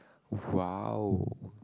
!wow!